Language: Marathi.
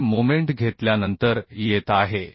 म्हणजे मोमेंट घेतल्यानंतर येत आहे